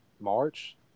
March